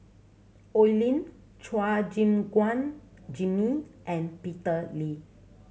Oi Lin Chua Gim Guan Jimmy and Peter Lee